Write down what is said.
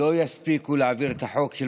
לא יספיקו להעביר את החוק של